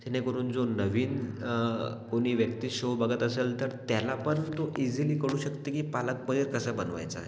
जेणेकरून जो नवीन कोणी व्यक्ती शो बघत असेल तर त्याला पण तो इझिली कळू शकतं की पालक पनीर कसं बनवायचं आहे